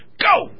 go